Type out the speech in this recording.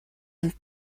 ein